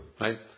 right